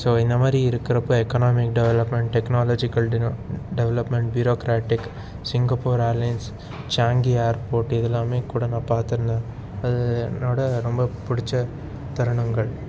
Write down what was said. so இந்த மாதிரி இருக்கிறப்போ எக்கனாமிக் டெவலப்மெண்ட் டெக்னலாஜிக்கல் டினோ டெவலப்மெண்ட் பிரோக்கிராக்டிக் சிங்கப்பூர் ஏர்லைன்ஸ் ஷாங்கை ஏர்போர்ட் இது எல்லாம் கூட நான் பார்த்துருந்தேன் அது என்னோடய ரொம்ப பிடிச்ச தருணங்கள்